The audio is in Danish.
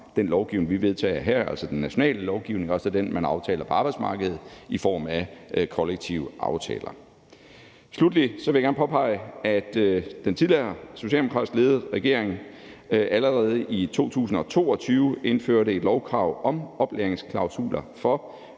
den lovgivning, vi vedtager her, altså den nationale lovgivning og så den, man aftaler på arbejdsmarkedet i form af kollektive aftaler. Sluttelig vil jeg gerne påpege, at den tidligere socialdemokratisk ledede regering allerede i 2022 indførte et lovkrav om oplæringsklausuler for